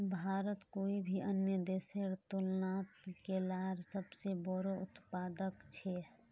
भारत कोई भी अन्य देशेर तुलनात केलार सबसे बोड़ो उत्पादक छे